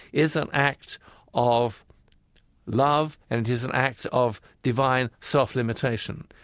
is an act of love and it is an act of divine self-limitation.